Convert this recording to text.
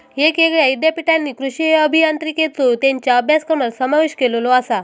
येगयेगळ्या ईद्यापीठांनी कृषी अभियांत्रिकेचो त्येंच्या अभ्यासक्रमात समावेश केलेलो आसा